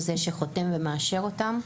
הוא זה שחותם ומאשר אותם.